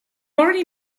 already